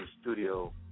studio